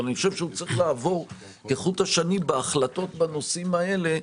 אני חושב שזה צריך לעבור כחוט השני בהחלטות בנושאים האלה,